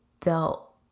felt